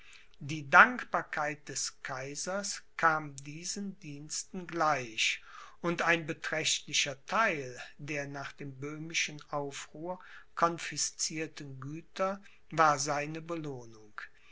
die dankbarkeit des kaisers kam diesen diensten gleich und ein beträchtlicher theil der nach dem böhmischen aufruhr confiscierten güter war seine belohnung